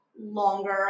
longer